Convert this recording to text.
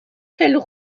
qu’elles